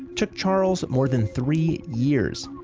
took charles more than three years.